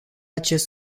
acest